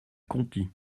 conty